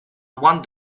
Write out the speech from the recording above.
won